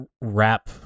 wrap